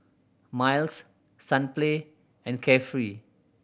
Miles Sunplay and Carefree